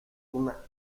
una